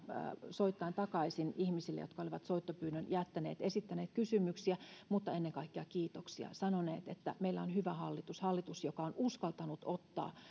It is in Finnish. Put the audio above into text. soittaen takaisin ihmisille jotka olivat soittopyynnön jättäneet esittäneet kysymyksiä mutta ennen kaikkea kiitoksia sanoneet että meillä on hyvä hallitus hallitus joka on uskaltanut ottaa